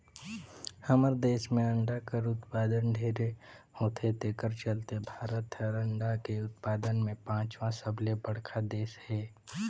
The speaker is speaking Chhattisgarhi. हमर देस में अंडा उत्पादन ढेरे होथे तेखर चलते भारत हर अंडा के उत्पादन में पांचवा सबले बड़खा देस हे